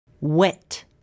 Wet